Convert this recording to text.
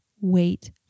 wait